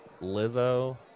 Lizzo